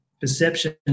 perception